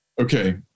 Okay